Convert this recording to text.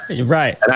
Right